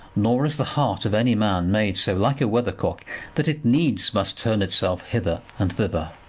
nor is the heart of any man made so like a weather-cock that it needs must turn itself hither and thither,